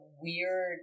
weird